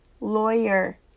lawyer